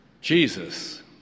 Jesus